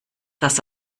das